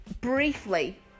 briefly